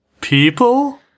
People